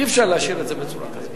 אי-אפשר להשאיר את זה בצורה כזאת.